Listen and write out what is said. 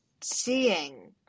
seeing